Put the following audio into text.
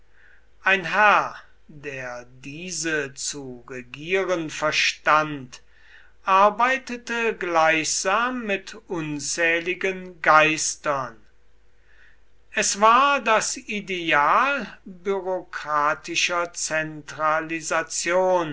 ein herr der diese zu regieren verstand arbeitete gleichsam mit unzähligen geistern es war das ideal bürokratischer